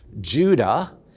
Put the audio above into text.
Judah